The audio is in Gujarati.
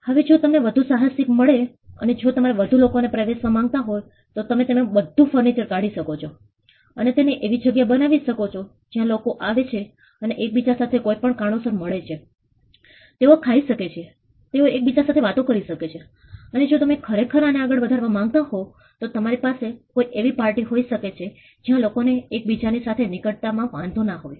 હવે જો તમને વધુ સાહસિકતા મળે છે અને જો તેમાં તમારે વધુ લોકોને પ્રવેશવા માંગતા હોય તો તમે બધું ફર્નિચર કાઢી શકો છો અને તેને એવી જગ્યા બનવી શકો છો જ્યાં લોકો આવે છે અને એક બીજા સાથે કોઈ પણ કારણોસર મળે છે તેઓ ખાય શકે છે તેઓ એકબીજા સાથે વાતો કરી શકે છે અને જો તમે ખરેખર આને આગળ વધારવા માંગતા હોય તો તમારી પાસે કોઈ એવી પાર્ટી હોઈ શકે છે જ્યાં લોકોને એકબીજાની સાથે નિકટતા માં વાંધો ના હોય